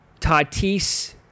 Tatis